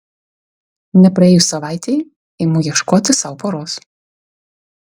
nepraėjus savaitei imu ieškoti sau poros